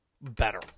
better